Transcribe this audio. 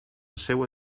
seua